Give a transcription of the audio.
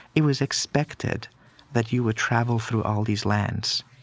it was expected that you would travel through all these lands.